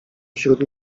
wśród